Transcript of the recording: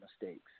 mistakes